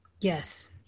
Yes